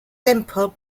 simple